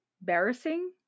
embarrassing